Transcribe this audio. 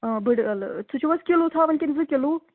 بُڈٕ عٲلہٕ سُہ چھُو حظ کِلوٗ تھاوُن کِنۍ زٕ کِلوٗ